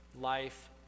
life